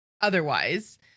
otherwise